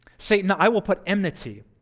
satan, i will put enmity,